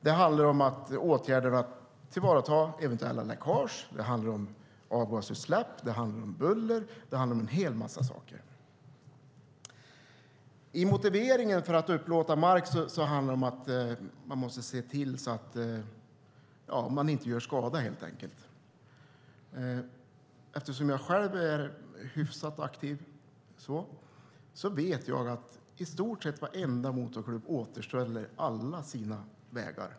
Det handlar om att åtgärder som att tillvarata eventuella läckage, det handlar om avgasutsläpp och det handlar om buller. Det handlar om en hel massa saker. I motiveringen till att upplåta mark anges att man måste se till att man inte gör skada. Eftersom jag själv är hyfsat aktiv vet jag att i stort sett varenda motorklubb återställer alla sina vägar.